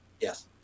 Yes